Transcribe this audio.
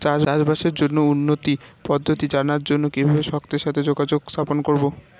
চাষবাসের জন্য উন্নতি পদ্ধতি জানার জন্য কিভাবে ভক্তের সাথে যোগাযোগ স্থাপন করব?